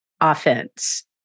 offense